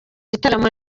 gitaramo